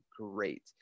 great